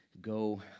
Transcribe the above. go